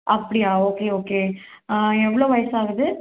அப்படியா okay okay எவ்வளோ வயதாகுது